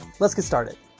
let's get started.